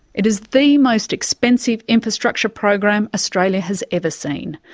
it is the most expensive infrastructure program australia has ever seen,